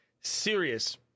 Serious